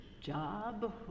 job